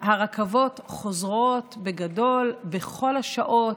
הרכבות חוזרות בגדול, בכל השעות,